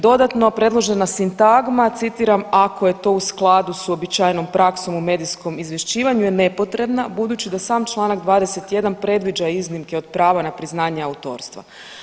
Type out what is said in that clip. Dodatno, predložena sintagma, citiram, ako je to u skladu s uobičajenom praksom u medijskom izvješćivanju je nepotrebna budući da sam čl. 21. predviđa iznimke od prava na priznanje autorstva.